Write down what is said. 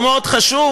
הוא מאוד חשוב,